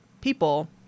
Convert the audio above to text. people